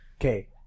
Okay